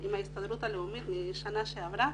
עם ההסתדרות הלאומית בשנה שעברה,